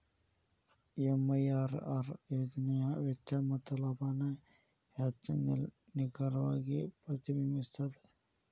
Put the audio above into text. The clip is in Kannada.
ಎಂ.ಐ.ಆರ್.ಆರ್ ಯೋಜನೆಯ ವೆಚ್ಚ ಮತ್ತ ಲಾಭಾನ ಹೆಚ್ಚ್ ನಿಖರವಾಗಿ ಪ್ರತಿಬಿಂಬಸ್ತ